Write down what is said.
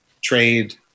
trade